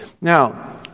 Now